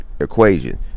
equation